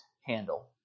handle